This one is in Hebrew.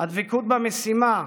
הדבקות במשימה,